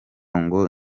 ngo